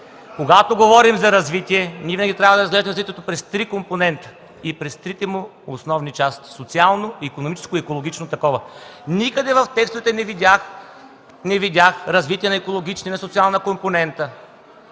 когато говорим за развитие, винаги трябва да разглеждаме развитието през три компонента, и през трите му основни части – социално, икономическо и екологично такова. Никъде в текстовете не видях развитие на екологичен и на социален компонент!